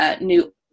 new